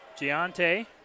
Giante